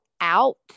out